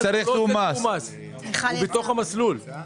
לפי החוק הזה זה לא מעניין כמה הוא מרוויח.